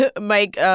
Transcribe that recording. Mike